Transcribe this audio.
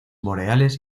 boreales